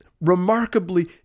remarkably